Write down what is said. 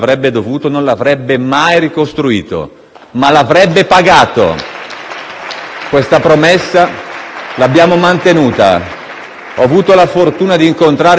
e L-SP-PSd'Az).* Questa promessa l'abbiamo mantenuta. Ho avuto la fortuna di incontrare tante delle famiglie degli sfollati di Genova